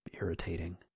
irritating